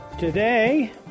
Today